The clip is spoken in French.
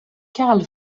karl